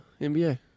NBA